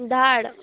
धाड